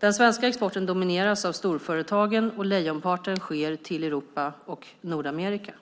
Den svenska exporten domineras av storföretagen, och lejonparten sker till Europa och Nordamerika.